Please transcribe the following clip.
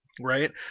Right